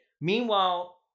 Meanwhile